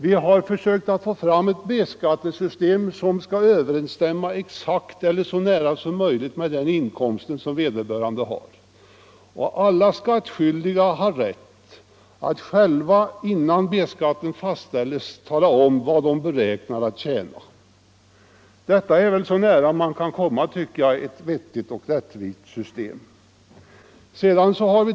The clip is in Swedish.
Vi har försökt få fram ett B-skattesystem som skall överensstämma så nära som möjligt med den inkomst som vederbörande har, och alla skattskyldiga har rätt att själva, innan B skattens storlek skall fastställas, tala om hur mycket de beräknar att tjäna. Det är så nära ett vettigt och rättvist system som man kan komma.